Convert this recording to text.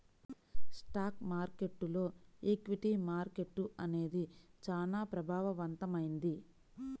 stock మార్కెట్టులో equity market అనేది చానా ప్రభావవంతమైంది